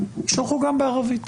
ישלחו גם בערבית.